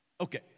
Okay